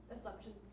assumptions